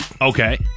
Okay